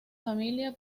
familia